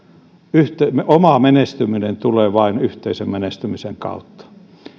oma menestyminen tulee vain yhteisön menestymisen kautta